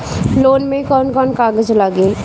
Loan में कौन कौन कागज लागी?